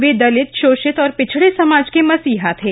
वे दलित शोषित और पिछड़े समाज के मसीहा थे